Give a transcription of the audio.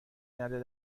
نده